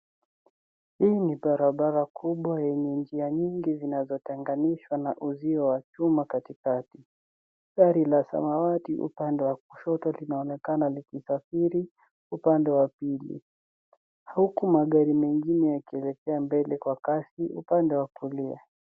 Hii ni barabara kubwa yenye njia nyingi zinazotenganishwa na uzio wa chuma katikati. Gari la samawati upande wa kushoto linaonekana likisafiri upande wa pili, huku magari mengine yakielekea mbele kwa kasi upande wa kulia.